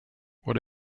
what